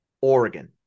Oregon